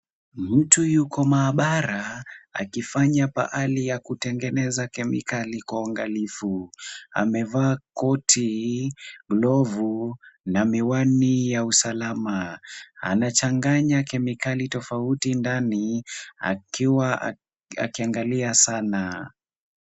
Mtu yuko maabara akifanya pahali pa kutengeneza kemikali kwa uangalifu. Amevaa koti, glovu na miwani ya usalama. Anachanganya kemikali tofauti ndani, akiwa akiangalia sana.